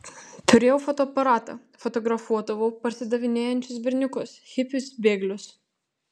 turėjau fotoaparatą fotografuodavau parsidavinėjančius berniukus hipius bėglius